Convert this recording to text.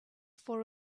for